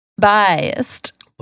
biased